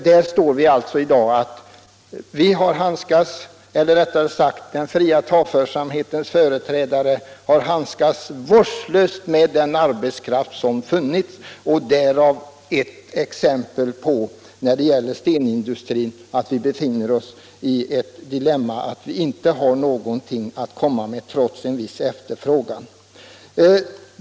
Den fria företagsamhetens företrädare har handskats vårdslöst med den arbetskraft som funnits. Stenindustrin befinner sig nu i ett dilemma. Där har vi inte haft något att komma med trots att det finns en viss efterfrågan.